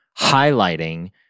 highlighting